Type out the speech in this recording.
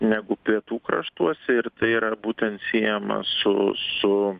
negu pietų kraštuose ir tai yra būtent siejama su su